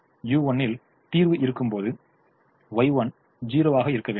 u1 ல் தீர்வு இருக்கும்போது Y1 0 ஆக இருக்க வேண்டும்